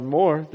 more